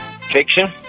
Fiction